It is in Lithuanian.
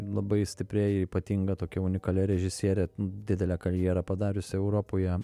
labai stipriai ypatinga tokia unikalia režisiere didelę karjerą padariusi europoje